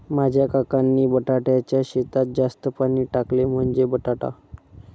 माझ्या काकांनी बटाट्याच्या शेतात जास्त पाणी टाकले, म्हणजे बटाटा